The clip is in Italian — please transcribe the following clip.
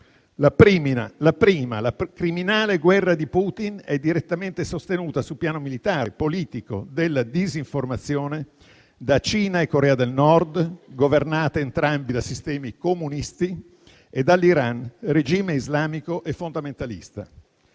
La prima, la criminale guerra di Putin, è direttamente sostenuta sul piano militare, politico e della disinformazione da Cina e Corea del Nord, governate entrambi da sistemi comunisti, e dall'Iran, regime islamico e fondamentalista.